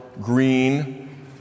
green